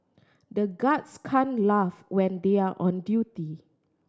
the guards can laugh when they are on duty